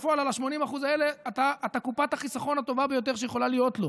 אבל בפועל על ה-80% האלה אתה קופת החיסכון הטובה ביותר שיכולה להיות לו,